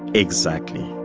exactly